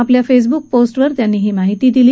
आपल्या फेसबूक पोस्टवर त्यांनी ही माहिती दिली